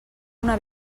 una